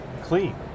clean